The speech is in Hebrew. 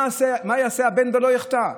מה יעשה הבן ולא יחטא?